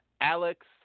Alex